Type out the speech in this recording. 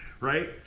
right